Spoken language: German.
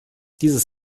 dieses